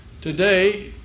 Today